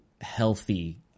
healthy